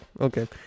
okay